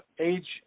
age